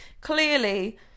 Clearly